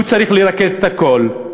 הוא צריך לרכז את הכול,